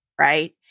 Right